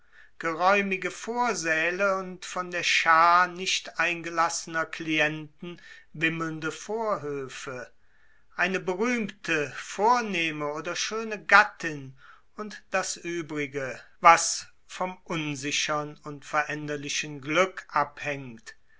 geräumige vorsäle und von der schaar nicht eingelassener clienten wimmelnde vorhöfe eine berühmte vornehme oder schöne gattin und das uebrige was vom unsichern und veränderlichen glück abhängt